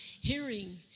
Hearing